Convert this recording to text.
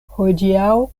hodiaŭ